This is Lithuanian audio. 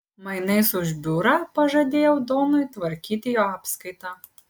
mainais už biurą pažadėjau donui tvarkyti jo apskaitą